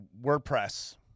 WordPress